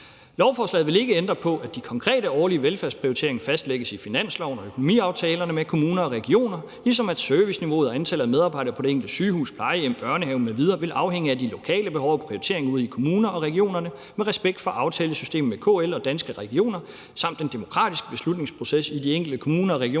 »Lovforslaget vil ikke ændre på, at de konkrete årlige velfærdsprioriteringer fastlægges i finansloven og økonomiaftalerne med kommuner og regioner, ligesom at serviceniveauet og antal medarbejdere på det enkelte sygehus, plejehjem, børnehave mv. vil afhænge af de lokale behov og prioriteringer ude i kommunerne og regionerne med respekt for aftalesystemet med KL og Danske Regioner samt den demokratiske beslutningsproces i de enkelte kommuner og regioner